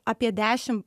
apie dešim